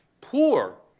poor